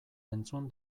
entzun